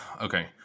okay